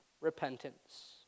repentance